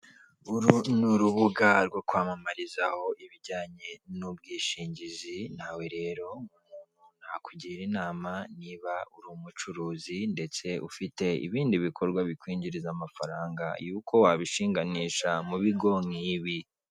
Uru ni urubuga rwo kwamamarizaho ibijyanye n'ubwishingizi, nawe rero nakugira inama niba uri umucuruz,i ndetse ufite ibindi bikorwa bikwinjiriza amafaranga, y'uko wabishinganisha mu bigo nk'ibi.